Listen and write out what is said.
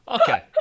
Okay